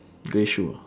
grey shoe